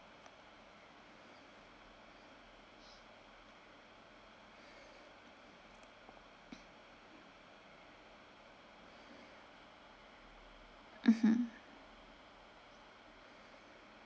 mmhmm